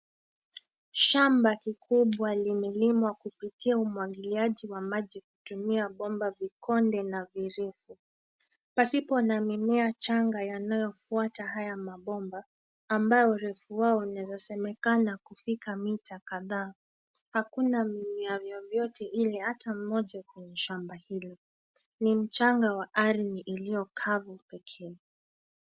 Shamba kikubwa limelimwa kupitia umwagiliaji wa maji hutumia bomba vikonde na virefu. Pasipo na mimea changa yanayofuata haya mabomba, ambao urefu wao unaezasemekana kufika mita kadhaa, hakuna mimea vyovyote ile ata mmoja kwenye shamba hilo. Ni mchanga wa ardhi iliyo kavu pekee.